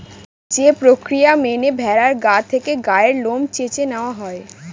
যে প্রক্রিয়া মেনে ভেড়ার গা থেকে গায়ের লোম চেঁছে নেওয়া হয়